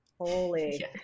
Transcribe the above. Holy